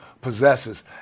possesses